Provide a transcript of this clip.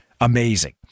Amazing